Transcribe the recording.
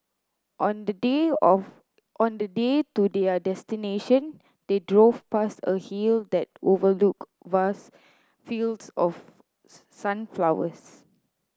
on the day of on the day to their destination they drove past a hill that overlooked vast fields of sunflowers